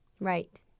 Right